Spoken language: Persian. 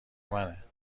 منه